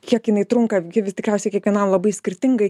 kiek jinai trunka gi vis tikriausiai kiekvienam labai skirtingai